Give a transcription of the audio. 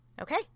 Okay